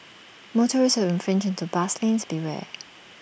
motorists who infringe into bus lanes beware